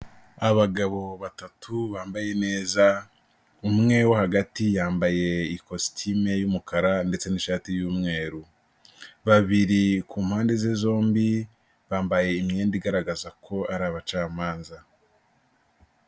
Abagabo batatu bambaye neza, umwe wo hagati yambaye ikositime y'umukara ndetse n'ishati y'umweru, babiri ku mpande ze zombi bambaye imyenda igaragaza ko ari abacamanza.